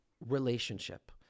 relationship